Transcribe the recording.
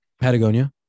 patagonia